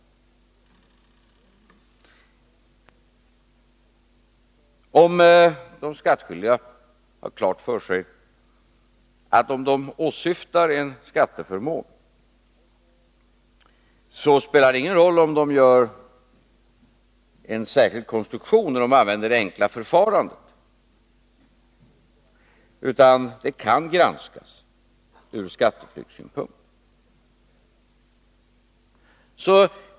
De skattskyldiga bör ha klart för sig att om de utnyttjar en skatteförmån spelar det ingen roll om de gör en särskild konstruktion när de använder det enkla förfarandet — det kan ändå granskas från skatteflyktssynpunkt.